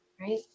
right